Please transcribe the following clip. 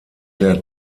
der